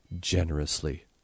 generously